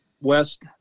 West